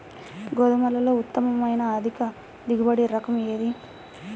గోధుమలలో ఉత్తమమైన అధిక దిగుబడి రకం ఏది?